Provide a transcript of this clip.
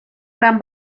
gran